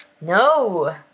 No